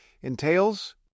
entails